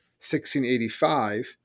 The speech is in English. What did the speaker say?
1685